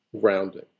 grounding